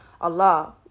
Allah